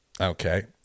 Okay